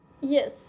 Yes